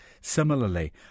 similarly